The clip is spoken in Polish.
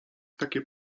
takie